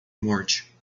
morte